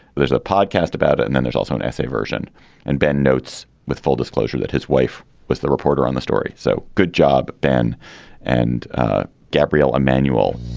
there's a podcast about it. and then there's also an essay version and bend notes with full disclosure that his wife was the reporter on the story. so good job. ben and gabrielle emanuel